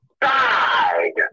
Died